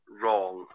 wrong